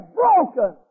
broken